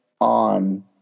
on